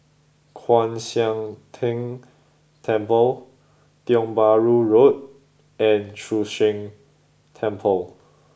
Kwan Siang Tng Temple Tiong Bahru Road and Chu Sheng Temple